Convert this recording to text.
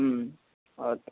okay